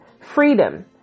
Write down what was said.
Freedom